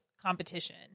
competition